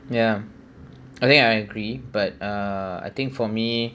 ya I think I agree but uh I think for me